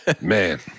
Man